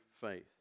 faith